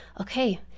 okay